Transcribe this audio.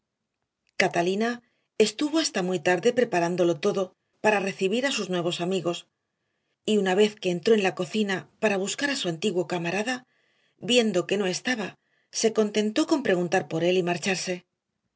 catalina estuvo hasta muy tarde preparándolo todo para recibir a sus nuevos amigos y una vez que entró en la cocina para buscar a su antiguo camarada viendo que no estaba se contentó con preguntar por él y marcharse